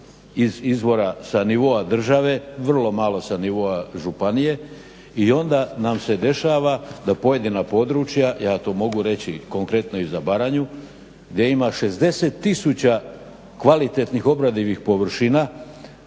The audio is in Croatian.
izvora sa nivoa države, vrlo malo sa nivoa županije i onda nam se dešava da pojedina područja, ja to mogu reći konkretno i za Baranju, da ima 60 tisuća kvalitetnih obradivih površina,